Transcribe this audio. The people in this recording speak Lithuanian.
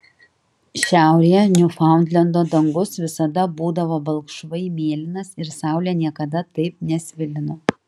šiaurėje niufaundlendo dangus visada būdavo balkšvai mėlynas ir saulė niekada taip nesvilino